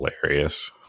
hilarious